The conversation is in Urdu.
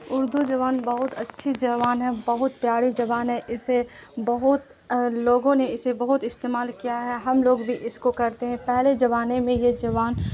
اردو زبان بہت اچھی زبان ہے بہت پیاری زبان ہے اسے بہت لوگوں نے اسے بہت استعمال کیا ہے ہم لوگ بھی اس کو کرتے ہیں پہلے زمانے میں یہ زبان